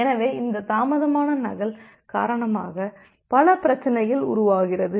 எனவே இந்த தாமதமான நகல் காரணமாக பல பிரச்சனைகள் உருவாகிறது